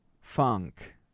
Funk